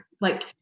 Like-